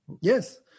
Yes